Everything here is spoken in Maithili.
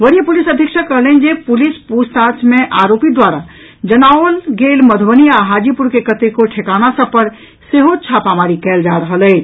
वरीय पुलिस अधीक्षक कहलनि जे पुलिस पूछताछ मे आरोपी द्वारा जनाओल गेल मधुबनी आ हाजीपुर के कतेको ठेकाना सभ पर सेहो छापामारी कयल जा रहल अछि